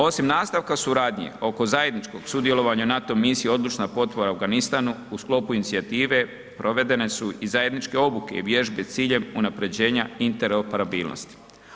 Osim nastavka suradnje oko zajedničkog sudjelovanja NATO misija odlična potpora Afganistanu u sklopu inicijative provedene su i zajedničke obuke i vježbe s ciljem unapređenja interoperabilnosti.